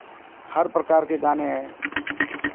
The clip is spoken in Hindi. हर प्रकार के गाने हैं